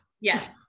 Yes